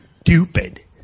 Stupid